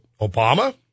Obama